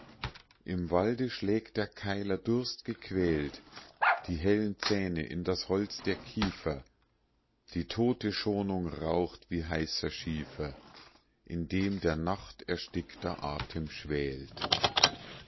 im walde schlägt der keiler durstgequält die hellen zähne in das holz der kiefer die tote schonung raucht wie heißer schiefer in dem der nacht erstickter atem schwält